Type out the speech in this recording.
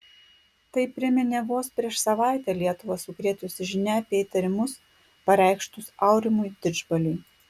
tai priminė vos prieš savaitę lietuvą sukrėtusi žinia apie įtarimus pareikštus aurimui didžbaliui